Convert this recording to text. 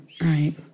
Right